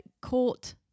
court